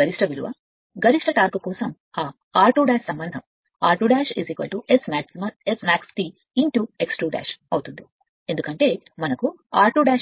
గరిష్ట విలువ కోసం దీనిని పిలుస్తుంది గరిష్ట టార్క్ కోసం ఆ r2 సంబంధం r2 S max x 2 అని పిలుస్తుంది ఎందుకంటే మనకు r2 S max T